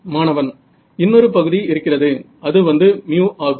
மாணவன் இன்னொரு பகுதி இருக்கிறது அது வந்து μ ஆகும்